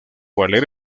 valer